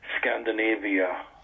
scandinavia